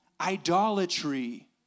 idolatry